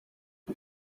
who